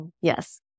Yes